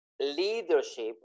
leadership